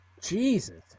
Jesus